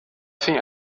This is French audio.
fin